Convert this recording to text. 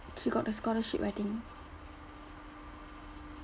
she got the scholarship I think